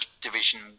division